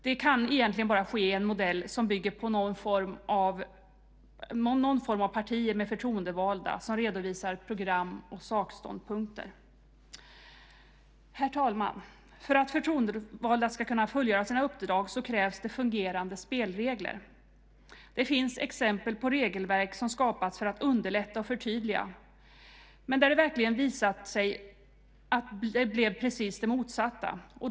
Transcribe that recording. Det kan egentligen bara ske i en modell som bygger på någon form av partier med förtroendevalda som redovisar program och sakståndpunkter. Herr talman! För att förtroendevalda ska kunna fullgöra sina uppdrag krävs det fungerande spelregler. Det finns exempel på regelverk som skapats för att underlätta och förtydliga men där det verkligen visat sig att det blev precis tvärtom.